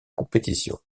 compétition